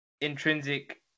intrinsic